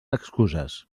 excuses